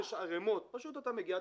שיש ערימות אתה מגיע,